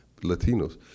Latinos